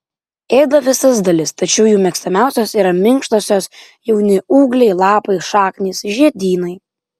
ėda visas dalis tačiau jų mėgstamiausios yra minkštosios jauni ūgliai lapai šaknys žiedynai